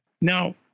Now